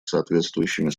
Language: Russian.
соответствующими